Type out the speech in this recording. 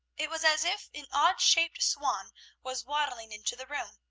it was as if an odd-shaped swan was waddling into the room.